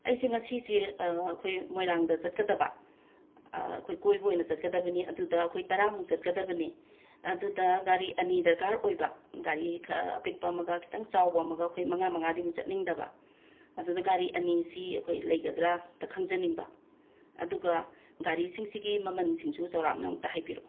ꯑꯩꯁꯦ ꯉꯁꯤꯁꯤ ꯑꯩꯈꯣꯏ ꯃꯣꯏꯔꯥꯡꯗ ꯆꯠꯀꯗꯕ ꯑꯩꯈꯣꯏ ꯀꯣꯏꯕ ꯑꯣꯏꯅ ꯆꯠꯀꯗꯕꯅꯤ ꯑꯗꯨꯗ ꯑꯩꯈꯣꯏ ꯇꯔꯥꯃꯨꯛ ꯆꯠꯀꯗꯕꯅꯤ ꯑꯗꯨꯗ ꯒꯥꯔꯤ ꯑꯅꯤ ꯗꯔꯀꯥꯔ ꯑꯣꯏꯕ ꯒꯥꯔꯤ ꯈꯥ ꯑꯄꯤꯛꯄ ꯑꯃꯒ ꯈꯤꯇꯪ ꯆꯥꯎꯕ ꯑꯃꯒ ꯑꯩꯈꯣꯏ ꯃꯉꯥ ꯃꯉꯥꯗꯤ ꯑꯃꯨꯛ ꯆꯠꯅꯤꯡꯗꯕ ꯑꯗꯨꯗ ꯒꯥꯔꯤ ꯑꯅꯤꯁꯤ ꯑꯩꯈꯣꯏ ꯂꯩꯒꯗꯔꯥ ꯑꯝꯇ ꯈꯪꯖꯅꯤꯡꯕ ꯑꯗꯨꯒ ꯒꯥꯔꯤꯁꯤꯡꯁꯤꯒꯤ ꯃꯃꯟꯁꯤꯡꯁꯨ ꯆꯧꯔꯥꯛꯅ ꯑꯝꯇ ꯍꯥꯏꯕꯤꯔꯛꯑꯣ